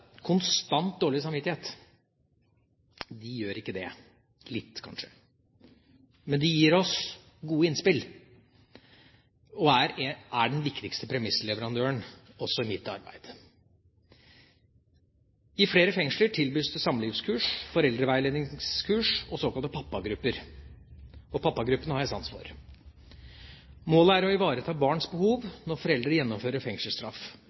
konstant dårlig samvittighet. De gjør ikke det – litt kanskje – men de gir oss gode innspill og er den viktigste premissleverandøren også i mitt arbeid. I flere fengsler tilbys det samlivskurs, foreldreveiledningskurs og såkalte pappagrupper. Pappagruppene har jeg sans for. Målet er å ivareta barns behov når foreldre gjennomfører fengselsstraff.